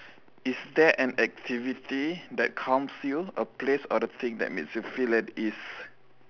is there an activity that calms you a place or a thing that makes you feel at ease